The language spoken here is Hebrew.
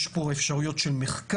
יש פה אפשרויות של מחקר,